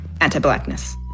anti-blackness